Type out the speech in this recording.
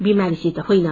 बिमारीसित होईन